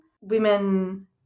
women